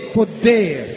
poder